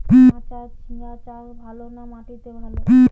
মাচায় ঝিঙ্গা চাষ ভালো না মাটিতে ভালো?